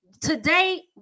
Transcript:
today